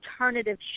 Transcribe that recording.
alternative